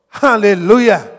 Hallelujah